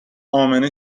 امنه